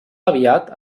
aviat